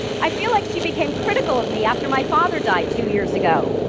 i feel like she became critical of me after my father died two years ago.